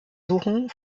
suchen